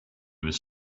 was